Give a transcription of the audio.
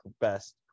best